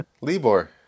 Libor